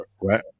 Right